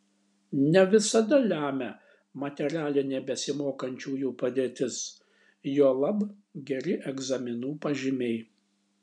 ne visada lemia materialinė besimokančiųjų padėtis juolab geri egzaminų pažymiai